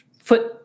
foot